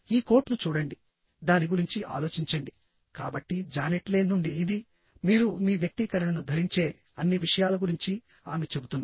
ఈ కోట్ను చూడండి దాని గురించి ఆలోచించండి కాబట్టి జానెట్ లేన్ నుండి ఇది మీరు మీ వ్యక్తీకరణను ధరించే అన్ని విషయాల గురించి ఆమె చెబుతుంది